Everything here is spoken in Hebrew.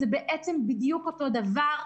זה בעצם בדיוק אותו הדבר.